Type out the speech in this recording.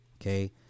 okay